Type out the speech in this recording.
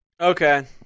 okay